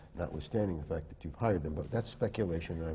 notwithstanding the fact that you've hired them. but that's speculation,